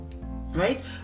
Right